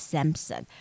Sampson